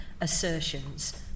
assertions